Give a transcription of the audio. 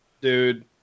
Dude